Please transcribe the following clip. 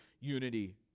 unity